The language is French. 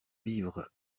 vivre